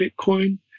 Bitcoin